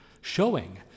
showing